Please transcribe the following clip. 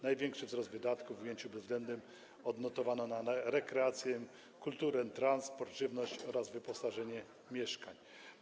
Największy wzrost wydatków w ujęciu bezwzględnym odnotowano na rekreację, kulturę, transport, żywność oraz wyposażenie mieszkań.